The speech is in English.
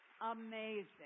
Amazing